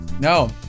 no